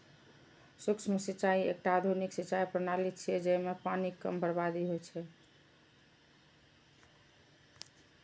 सूक्ष्म सिंचाइ एकटा आधुनिक सिंचाइ प्रणाली छियै, जइमे पानिक कम बर्बादी होइ छै